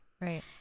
right